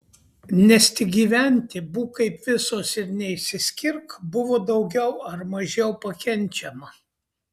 nes tik gyventi būk kaip visos ir neišsiskirk buvo daugiau ar mažiau pakenčiama